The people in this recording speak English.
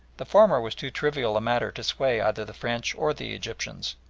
the former was too trivial a matter to sway either the french or the egyptians,